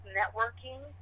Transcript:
networking